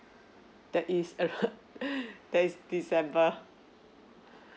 that is that is december